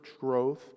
growth